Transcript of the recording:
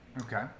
Okay